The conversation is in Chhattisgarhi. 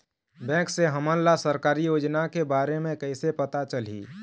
बैंक से हमन ला सरकारी योजना के बारे मे कैसे पता चलही?